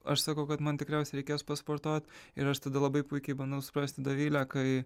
aš sakau kad man tikriausiai reikės pasportuot ir aš tada labai puikiai bandau suprasti dovilę kai